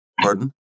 Pardon